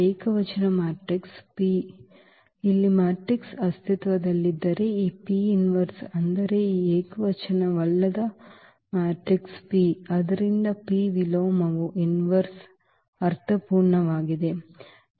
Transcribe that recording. ಏಕವಚನ matrix P ಇಲ್ಲಿ matrix ಅಸ್ತಿತ್ವದಲ್ಲಿದ್ದರೆ ಈ ಅಂದರೆ ಈ ಏಕವಚನವಲ್ಲದ ಮ್ಯಾಟ್ರಿಕ್ಸ್ P ಆದ್ದರಿಂದ P ವಿಲೋಮವು ಅರ್ಥಪೂರ್ಣವಾಗಿದೆ